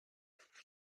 arrival